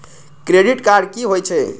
Credit card की होय छै?